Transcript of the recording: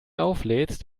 auflädst